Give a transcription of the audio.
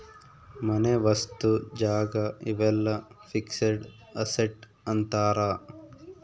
ಮನೆ ವಸ್ತು ಜಾಗ ಇವೆಲ್ಲ ಫಿಕ್ಸೆಡ್ ಅಸೆಟ್ ಅಂತಾರ